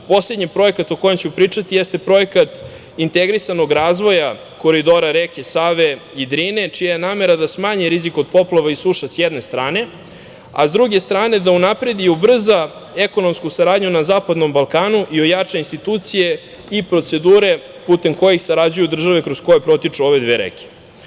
Poslednji projekat o kojem ću pričati jeste projekat integrisanog razvoja koridora reke Save i Drine, čija je namera da smanji rizik od poplava i suša, s jedne strane, a s druge strane, da unapredi i ubrza ekonomsku saradnju na Zapadnom Balkanu i ojača institucije i procedure putem kojih sarađuju države kroz koje protiču ove dve reke.